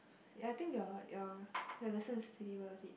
ya I think your your your lesson is pretty worth it